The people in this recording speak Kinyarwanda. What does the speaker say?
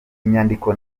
inyandiko